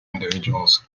individuals